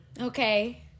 Okay